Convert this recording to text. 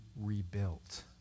rebuilt